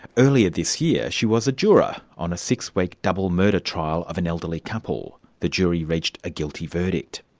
earlier this year, she was a juror on a six-week double murder trial of an elderly couple. the jury reached a guilty verdict.